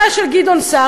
הוא היה של גדעון סער,